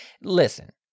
Listen